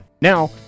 Now